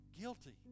guilty